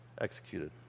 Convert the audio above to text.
executed